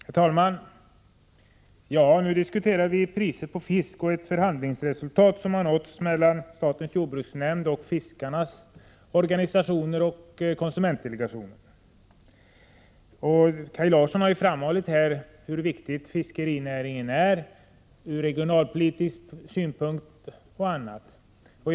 Herr talman! Vi diskuterar nu priserna på fisk och ett förhandlingsresultat som har nåtts mellan statens jordbruksnämnd och fiskarnas organisationer och konsumentdelegationen. Kaj Larsson har ju framhållit hur viktig fiskerinäringen är från regionalpolitisk synpunkt och även på annat sätt.